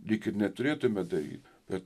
lyg ir neturėtume daryt bet